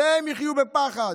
שהם יחיו בפחד,